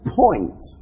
point